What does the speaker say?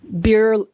beer